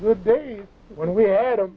good day when we had a